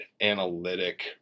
analytic